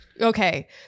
Okay